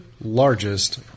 largest